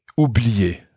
oublier